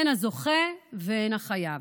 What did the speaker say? הן הזוכה והן החייב.